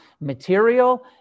material